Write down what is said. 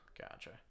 Gotcha